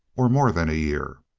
or more than a year.